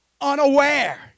Unaware